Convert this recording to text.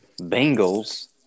Bengals